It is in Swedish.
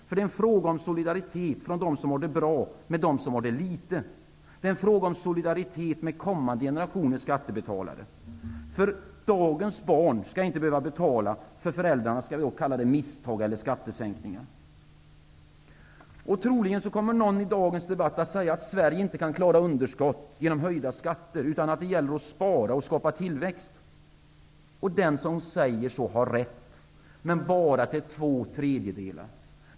Det är en fråga om solidaritet från dem som har det bra, med dem som har litet. Det är en fråga om solidaritet med kommande generationers skattebetalare. Dagens barn skall inte behöva betala för föräldrarnas, skall vi kalla det misstag, eller bara skattesänkningar. Troligen så kommer någon i dagens debatt att säga att Sverige inte kan klara underskott genom höjda skatter, utan att det gäller att spara och skapa tillväxt. Den som säger så har rätt, men bara till två tredjedelar.